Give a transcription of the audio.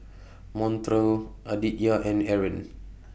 Montrell Aditya and Eryn